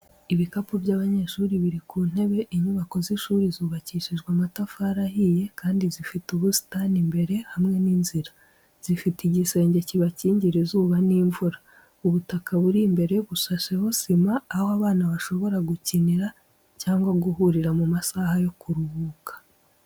Ibikapu by’abanyeshuri biri ku ntebe, inyubako z’ishuri zubakishijwe amatafari ahiye, kandi zifite ubusitani imbere hamwe n’inzira zifite igisenge kibakingira izuba n’imvura. Ubutaka buri imbere bushasheho sima, aho abana bashobora gukinira cyangwa guhurira mu masaha yo kuruhuka.